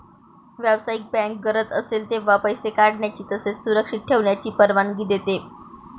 व्यावसायिक बँक गरज असेल तेव्हा पैसे काढण्याची तसेच सुरक्षित ठेवण्याची परवानगी देते